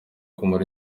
kumara